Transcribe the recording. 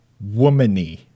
woman-y